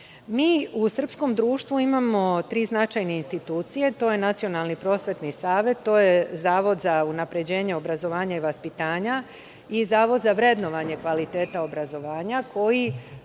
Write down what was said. u srpskom društvu imamo tri značajne institucije – to je Nacionalni prosvetni savet, to je Zavod za unapređenje obrazovanja i vaspitanja i Zavod za vrednovanje kvaliteta obrazovanja,